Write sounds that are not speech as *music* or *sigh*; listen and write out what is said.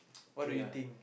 *noise* okay lah